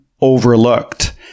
overlooked